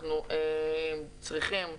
אנחנו צריכים,